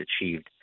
achieved